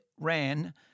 ran